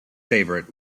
favourite